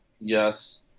Yes